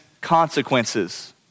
consequences